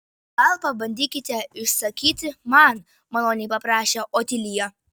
gal pabandykite išsakyti man maloniai paprašė otilija